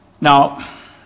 Now